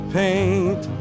paint